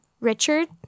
Richard